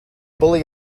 bully